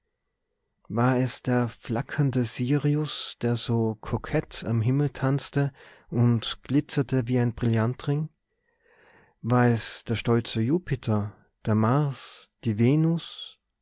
war es der flackernde sirius der so kokett am himmel tanzte und glitzerte wie ein brillantring war es der stolze jupiter der mars die venus